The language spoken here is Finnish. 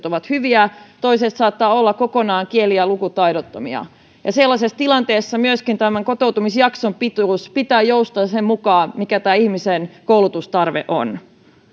ovat hyviä toiset saattavat olla kokonaan kieli ja lukutaidottomia ja sellaisessa tilanteessa myöskin kotouttamisjakson pituuden pitää joustaa sen mukaan mikä ihmisen koulutustarve on